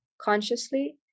consciously